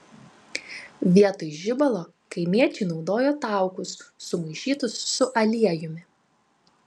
vietoj žibalo kaimiečiai naudojo taukus sumaišytus su aliejumi